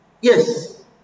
Yes